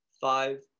five